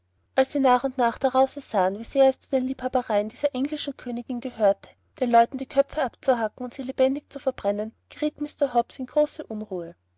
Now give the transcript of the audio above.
als sie nach und nach daraus ersahen wie sehr es zu den liebhabereien dieser englischen königin gehört hatte den leuten die köpfe abzuhacken und sie lebendig zu verbrennen geriet mr hobbs in große unruhe